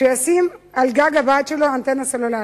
שישים על גג הבית שלו אנטנה סלולרית.